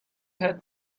had